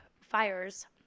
fires